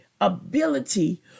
ability